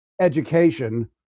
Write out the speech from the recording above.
education